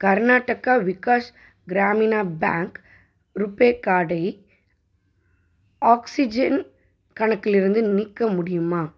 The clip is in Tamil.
கர்நாடக்கா விகாஸ் கிராமினா பேங்க் ருப்பே கார்டை ஆக்ஸிஜன் கணக்கிலிருந்து நீக்க முடியுமா